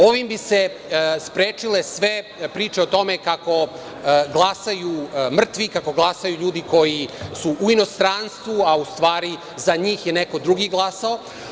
Ovim bi se sprečile sve priče o tome kako glasaju mrtvi, kako glasaju ljudi koji su inostranstvu, a u stvari za njih je neko drugi glasao.